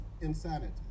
insanity